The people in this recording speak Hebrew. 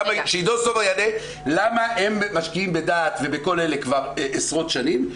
שעידו סופר יענה למה הם משקיעים בדעת ובכל אלה כבר עשרות שנים,